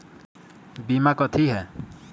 बीमा कथी है?